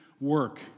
work